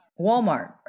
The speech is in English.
Walmart